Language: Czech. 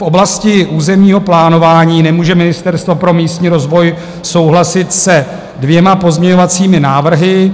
V oblasti územního plánování nemůže Ministerstvo pro místní rozvoj souhlasit se dvěma pozměňovacími návrhy.